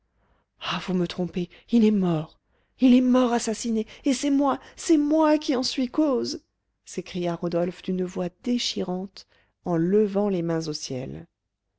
ah vous me trompez il est mort il est mort assassiné et c'est moi c'est moi qui en suis cause s'écria rodolphe d'une voix déchirante en levant les mains au ciel